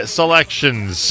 selections